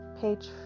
page